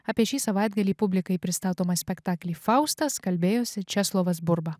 apie šį savaitgalį publikai pristatomą spektaklį faustas kalbėjosi česlovas burba